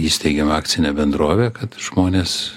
įsteigėm akcinę bendrovę kad žmonės